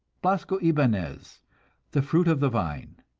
blasco ibanez the fruit of the vine.